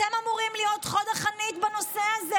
אתם אמורים להיות חוד החנית בנושא הזה.